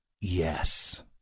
Yes